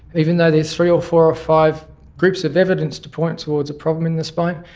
even though there's three or four or five groups of evidence to point towards a problem in the spine,